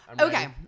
Okay